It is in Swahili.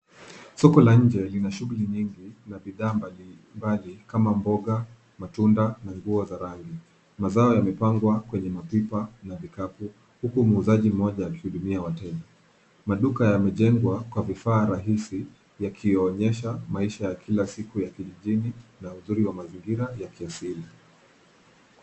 Soko la nje lina shughuli nyingi na bidha mbalimbali kama mboga, matunda na nguo za rangi. Mazao yamepangwa kwenye mapipa na vikapu, huku muuzaji mmoja akihudumia wateja. Maduka yamejengwa kwa vifaa rahisi yakionyesha maisha ya kila siku ya kijijini na uzuri wa mazingira ya kiasili.